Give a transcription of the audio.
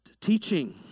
teaching